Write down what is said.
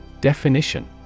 Definition